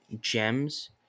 gems